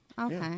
Okay